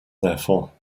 therefore